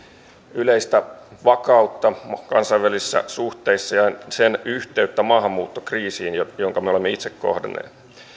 yleistä vakautta kansainvälisissä suhteissa ja sen yhteyttä maahanmuuttokriisiin jonka me olemme itse kohdanneet